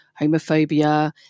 homophobia